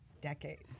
decades